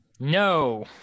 No